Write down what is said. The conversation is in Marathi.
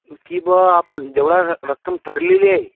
की बुवा आपलं जेवढा रक रक्कम ठरलेली आहे